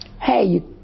hey